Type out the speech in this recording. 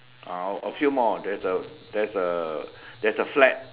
uh a a few more there's a there's a there's a flag